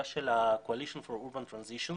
של ה-Coalition for Urban Transitions.